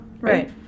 right